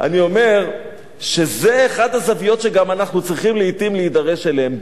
אני אומר שזו אחת הזוויות שגם אנחנו צריכים לעתים להידרש אליהן.